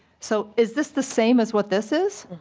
so is this the same as what this is?